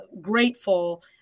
grateful